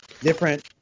different